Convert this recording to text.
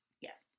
Yes